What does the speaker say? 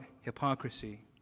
hypocrisy